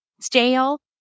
stale